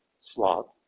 slot